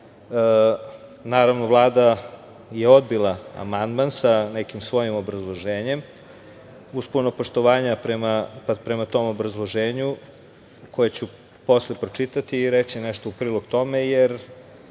naravno Vlada je odbila amandman sa nekim svojim obrazloženjem uz puno poštovanja prema tom obrazloženju koje ću posle pročitati i reći nešto u prilog tome jer